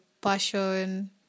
passion